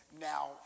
now